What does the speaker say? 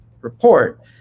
report